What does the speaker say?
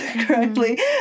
correctly